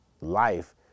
life